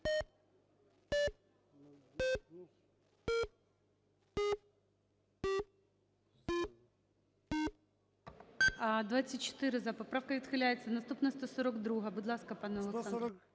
За-24 Поправка відхиляється. Наступна – 142-а. Будь ласка, пане Олександр.